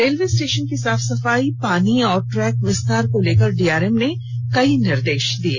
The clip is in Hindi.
रेलवे स्टेशन की साफ सफाई पानी और ट्रेक विस्तार को लेकर डीआरएम ने कई निर्देश दिये